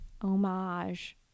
homage